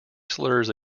slurs